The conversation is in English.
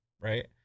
right